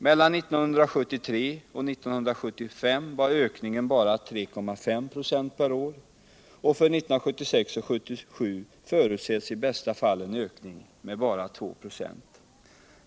Mellan 1973 och 1975 var ökningen bara 3,5 ?6 per år, och för 1976 och 1977 förutses i bästa fall en ökning med bara 2 26.